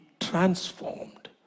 transformed